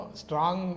strong